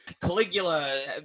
Caligula